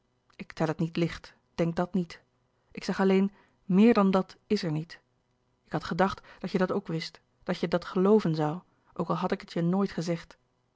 ik tel het niet licht denk dat niet ik zeg alleen méér dan dat is er niet ik had gedacht dat je dat ook wist dat je dat gelooven zoû ook al had ik het je nooit gezegd